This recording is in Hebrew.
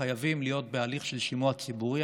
אנחנו חייבים להיות בהליך של שימוע ציבורי.